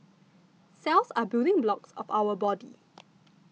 cells are building blocks of our body